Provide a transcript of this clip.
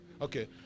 Okay